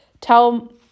tell